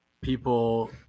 people